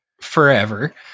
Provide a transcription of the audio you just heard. forever